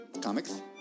comics